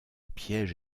piège